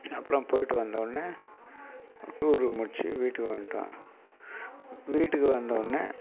அப்புறம் போய்விட்டு வந்தவுன்னே டூரு முடித்து வீட்டுக்கு வந்துட்டோம் வீட்டுக்கு வந்தோன்னே